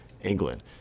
England